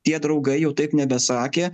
tie draugai jau taip nebesakė